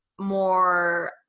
more